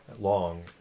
long